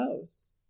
house